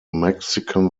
mexican